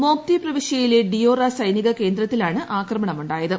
Mopti പ്രവിശ്യയിലെ Dioura സൈനിക കേന്ദ്രത്തിലാണ് ആക്രമണമുണ്ടായത്